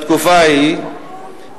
בתקופה ההיא,